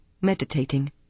meditating